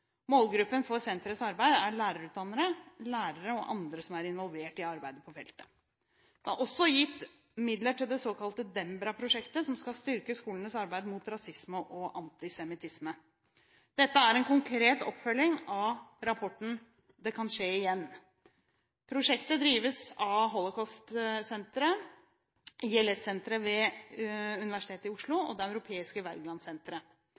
Målgruppen for senterets arbeid er lærerutdannere, lærere og andre som er involvert i arbeidet på feltet. Det er også gitt midler til det såkalte Dembra-prosjektet, som skal styrke skolenes arbeid mot rasisme og antisemittisme. Dette er en konkret oppfølging av rapporten Det kan skje igjen. Prosjektet drives av Holocaustsenteret, ILS ved Universitetet i Oslo